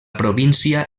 província